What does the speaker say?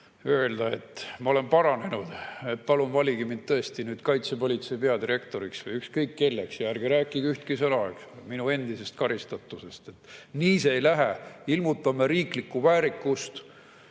öelda: "Ma olen paranenud, palun valige mind nüüd Kaitsepolitsei[ameti] peadirektoriks või ükskõik kelleks ja ärge rääkige ühtegi sõna minu endisest karistatusest." Nii see ei lähe. Ilmutame riiklikku väärikust!